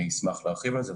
ישמח להרחיב על זה.